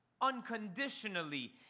unconditionally